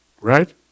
right